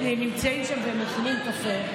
נמצאים שם ומכינים קפה.